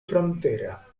frontera